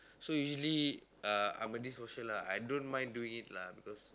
so usually uh I'm antisocial lah I don't mind doing it lah because